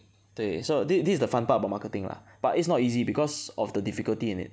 对 so this this this is the fun part about marketing lah but it's not easy because of the difficulty in it